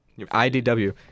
IDW